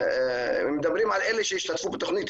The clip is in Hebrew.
מדברים על אלה שהשתתפו בתוכנית,